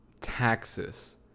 taxes